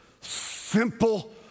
simple